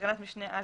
בתקנת משנה (א),